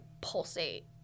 pulsate